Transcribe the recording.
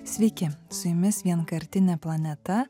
sveiki su jumis vienkartinė planeta